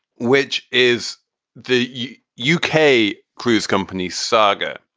which is the u k. cruise company saga,